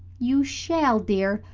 you shall, dear.